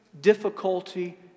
difficulty